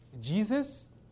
Jesus